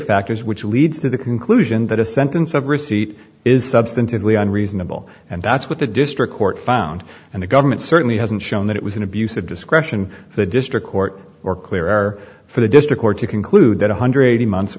factors which leads to the conclusion that a sentence of receipt is substantively unreasonable and that's what the district court found and the government certainly hasn't shown that it was an abuse of discretion the district court or clear air for the district or to conclude that one hundred